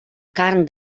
carn